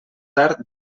tard